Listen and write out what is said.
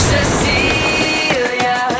Cecilia